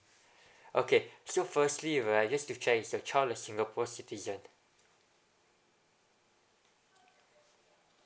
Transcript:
okay so firstly right just to check is your child a singapore citizen